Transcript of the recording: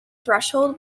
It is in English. threshold